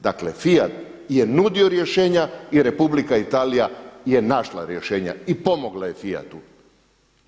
Dakle FIAT je nudio rješenja i Republika Italija je našla rješenja i pomogla je FIAT-u.